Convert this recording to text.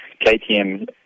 KTM